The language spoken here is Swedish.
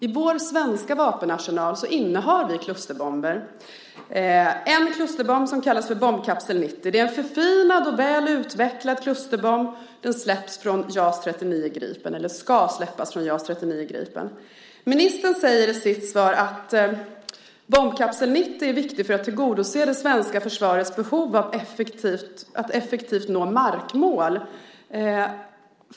I vår svenska vapenarsenal ingår klusterbomber. Vi har en klusterbomb som kallas för bombkapsel 90. Det är en förfinad och väl utvecklad klusterbomb. Den ska släppas från JAS 39 Gripen. Ministern säger i sitt svar att bombkapsel 90 är viktig för att tillgodose det svenska försvarets behov att effektivt nå markmål.